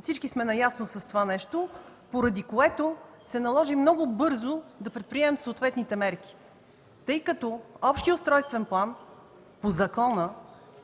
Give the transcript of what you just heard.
Всички сме наясно с това нещо, поради което се наложи много бързо да предприемем съответните мерки, тъй като Общият устройствен план по Закона